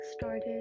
started